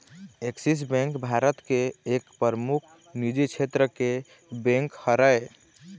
Axis bank भारत के एक परमुख निजी छेत्र के बेंक हरय